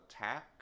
attack